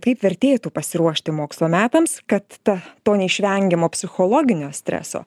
kaip vertėtų pasiruošti mokslo metams kad ta to neišvengiamo psichologinio streso